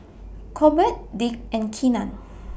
Colbert Dick and Keenan